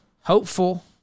hopeful